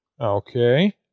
Okay